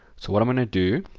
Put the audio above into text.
so what i'm going to do